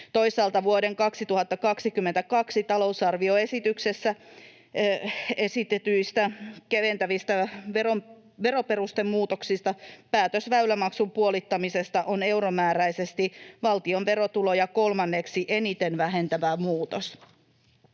Toisaalta vuoden 2022 talousarvioesityksessä esitetyistä keventävistä veroperustemuutoksista päätös väylämaksun puolittamisesta on euromääräisesti valtion verotuloja kolmanneksi eniten vähentävä muutos.